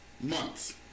months